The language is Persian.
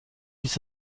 بیست